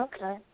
Okay